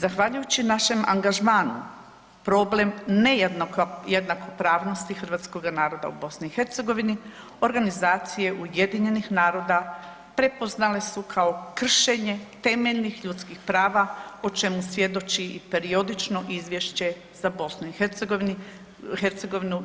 Zahvaljujući našem angažmanu problem nejednakopravnosti Hrvatskoga naroda u BiH organizacije UN-a prepoznale su kao kršenje temeljnih ljudskih prava o čemu svjedoči i periodično izvješće za BiH,